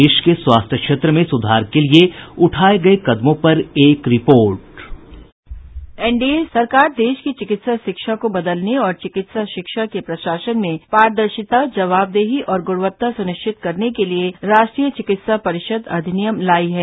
देश के स्वास्थ्य क्षेत्र में सुधार के लिए उठाए गए कदमों पर एक रिपोर्ट साउंड बाईट एनडीए सरकार देश की चिकित्सा शिक्षा को बदलने और चिकित्सा शिक्षा के प्रशासन में पारदर्शिता जवाबदेही और गुणवत्ता सुनिश्चित करने के लिए राष्ट्रीय चिकित्सा परिषद अधिनियम लाई है